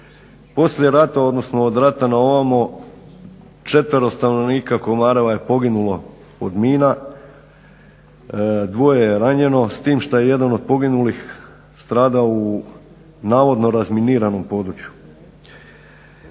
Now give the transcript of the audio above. Poslije rata, odnosno od rata na ovamo četvero stanovnika Komareva je poginulo od mina, dvoje je ranjeno, s tim što je jedan od poginulih stradao u navodno razminiranom području.